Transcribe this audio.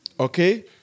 Okay